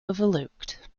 overlooked